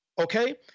Okay